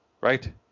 right